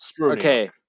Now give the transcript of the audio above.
okay